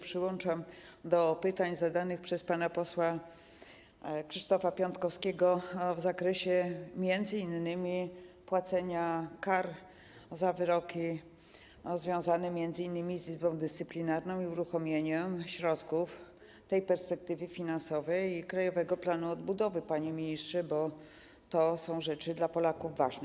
Przyłączam się do pytań zadanych przez pana posła Krzysztofa Piątkowskiego w zakresie m.in. płacenia kar za wyroki związane z Izbą Dyscyplinarną i uruchomienia środków z tej perspektywy finansowej i Krajowego Planu Odbudowy, panie ministrze, bo to są rzeczy dla Polaków ważne.